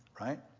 right